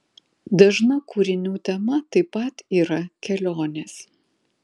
dažna kūrinių tema taip pat yra kelionės